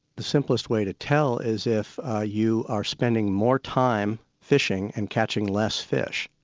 the simplest way to tell is if ah you are spending more time fishing and catching less fish.